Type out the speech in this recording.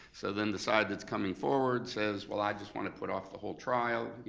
so then the side that's coming forward says, well i just wanna put off the whole trial.